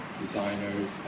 designers